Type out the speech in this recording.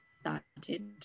started